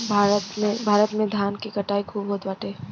भारत में धान के कटाई खूब होत बाटे